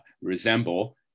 resemble